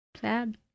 Sad